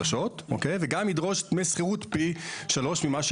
האמירה כל הזמן לפיה, אז לא